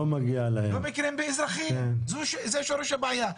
לא מכירים באזרחים, זה שורש הבעיה.